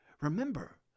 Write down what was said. Remember